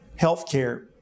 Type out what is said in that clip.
healthcare